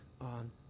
on